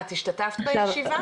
את השתתפת בישיבה?